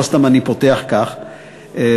עומדות לרשותך חמש דקות.